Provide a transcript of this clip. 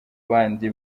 bandi